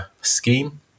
scheme